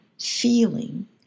feeling